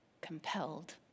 compelled